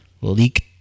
leak